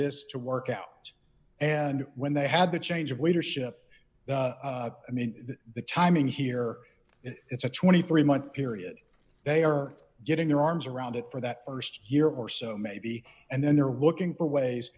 this to work out and when they had the change of leadership i mean the timing here it's a twenty three month period they are getting their arms around it for that st year or so maybe and then they're watching for ways